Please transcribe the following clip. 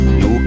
no